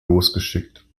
losgeschickt